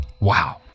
Wow